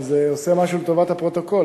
אם זה עושה משהו לטובת הפרוטוקול,